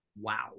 Wow